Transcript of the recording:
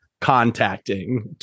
contacting